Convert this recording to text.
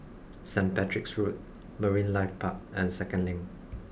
St Patrick's Road Marine Life Park and Second Link